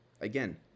Again